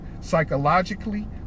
psychologically